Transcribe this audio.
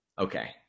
Okay